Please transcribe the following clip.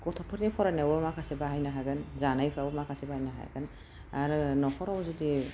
गथ'फोरनि फरायनायावबो माखासे बाहायनो हागोन जानायफ्रावबो माखासे बाहायनो हागोन आरो न'खराव जुदि